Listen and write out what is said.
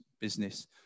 business